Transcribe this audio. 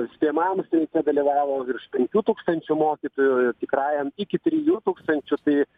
įspėjamajam streike dalyvavo virš penkių tūkstančių mokytojų ir tikrajam iki trijų tūkstančių tai